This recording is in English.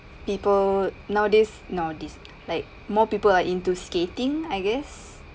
people nowadays nowadays like more people are into skating I guess